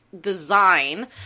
design